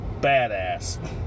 badass